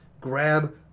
Grab